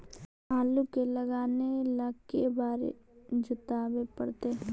आलू के लगाने ल के बारे जोताबे पड़तै?